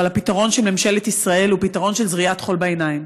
אבל הפתרון של ממשלת ישראל הוא פתרון של זריית חול בעיניים.